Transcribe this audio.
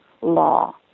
law